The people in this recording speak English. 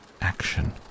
Action